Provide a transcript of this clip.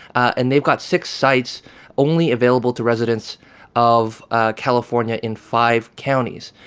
and they've got six sites only available to residents of ah california in five counties.